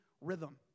rhythm